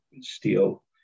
steel